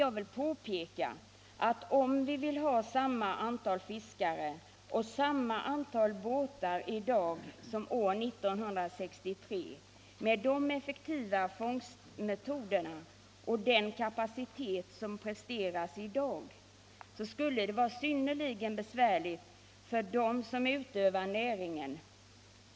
Jag vill påpeka att om vi skulle ha samma antal fiskare och samma antal båtar i dag som år 1963 med de effektivare fångstmetoderna och den kapacitet som finns i dag så skulle det vara synnerligen besvärligt för dem som utövar näringen.